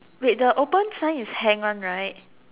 wait the open sign is hang one right